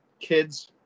kids